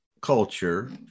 culture